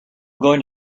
going